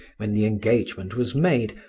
when the engagement was made,